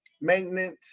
maintenance